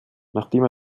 nachdem